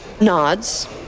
nods